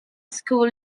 school